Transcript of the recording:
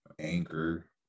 Anchor